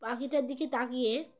পাখিটার দিকে তাকিয়ে